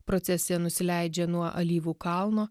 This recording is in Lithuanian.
procesija nusileidžia nuo alyvų kalno